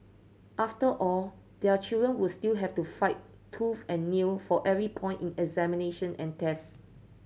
after all their children would still have to fight tooth and nail for every point in examination and test